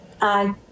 aye